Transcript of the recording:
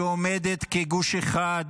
שעומדת כגוש אחד